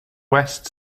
west